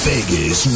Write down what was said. Vegas